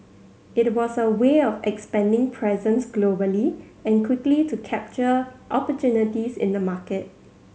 it was a way of expanding presence globally and quickly to capture opportunities in the market